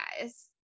guys